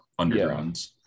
undergrounds